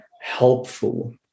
helpful